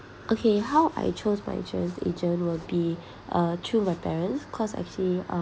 okay how I chose my insurance agent will be uh through my parents cause actually